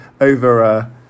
over